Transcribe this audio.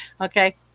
Okay